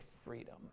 freedom